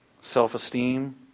self-esteem